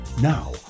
Now